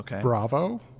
Bravo